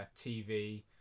TV